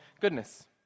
goodness